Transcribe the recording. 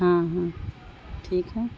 ہاں ہاں ٹھیک ہے